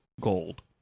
gold